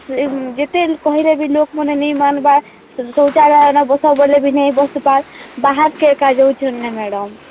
ହେଲେ ଯେତେ କହିଲେ ବି ଲୋକମାନେ ନାଇଁ ମାନ୍ବା ଶୌଚାଲୟନେ ବସ୍ ବୋଲି ବି ନାଇଁ ବସ୍ବାର୍ ବାହାର୍କେ ଏକା ଯାଉଛନ୍ନେ ମ୍ୟାଡ଼ାମ୍